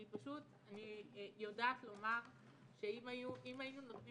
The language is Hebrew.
שפשוט אני יודעת לומר שאם היו נותנים